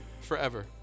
forever